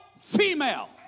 female